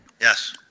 Yes